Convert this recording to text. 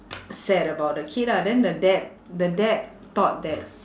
sad about the kid ah then the dad the dad thought that